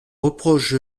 reproches